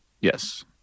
Yes